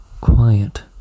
quiet